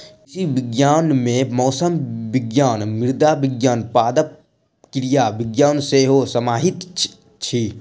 कृषि विज्ञान मे मौसम विज्ञान, मृदा विज्ञान, पादप क्रिया विज्ञान सेहो समाहित अछि